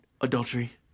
adultery